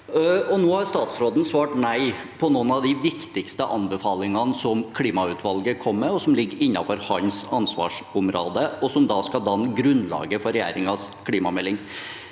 Nå har statsråden svart nei på noen av de viktigste anbefalingene som klimautvalget kom med – anbefalinger som ligger innenfor hans ansvarsområde, og som da skal danne grunnlaget for regjeringens klimamelding.